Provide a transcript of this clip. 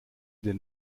den